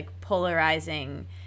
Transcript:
polarizing